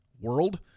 world